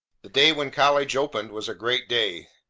the day when college opened was a great day.